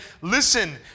listen